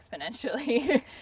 exponentially